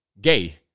gay